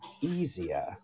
easier